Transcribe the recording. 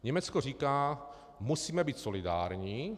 Německo říká: musíme být solidární.